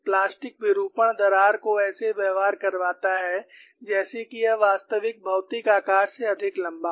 plastic विरूपण दरार को ऐसे व्यवहार करवाता है जैसे कि यह वास्तविक भौतिक आकार से अधिक लंबा हो